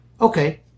Okay